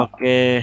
Okay